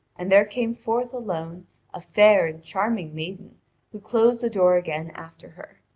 and there came forth alone a fair and charming maiden who closed the door again after her.